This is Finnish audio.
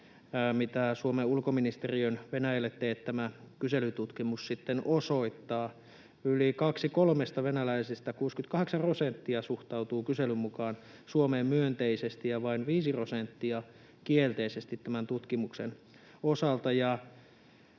mitä Suomen ulkoministeriön Venäjälle teettämä kyselytutkimus osoittaa: yli kaksi kolmesta venäläisistä, 68 prosenttia, suhtautuu kyselyn mukaan Suomeen myönteisesti ja vain 5 prosenttia kielteisesti tämän tutkimuksen osalta.